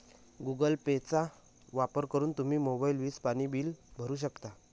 Google पेचा वापर करून तुम्ही मोबाईल, वीज, पाणी बिल भरू शकता